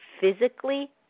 physically